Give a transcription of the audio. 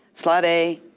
slot a,